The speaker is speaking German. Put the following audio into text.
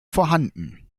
vorhanden